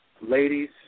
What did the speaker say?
ladies